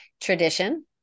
tradition